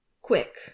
quick